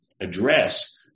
address